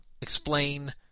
explain